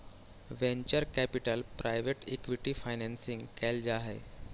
venture capital private equity financing कैल जा हई